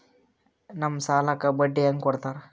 ನಮ್ ಸಾಲಕ್ ಬಡ್ಡಿ ಹ್ಯಾಂಗ ಕೊಡ್ತಾರ?